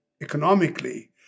economically